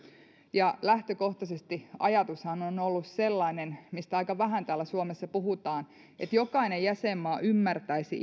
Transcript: ja lähtökohtaisesti ajatushan on ollut sellainen mistä aika vähän täällä suomessa puhutaan että jokainen jäsenmaa ymmärtäisi